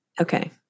Okay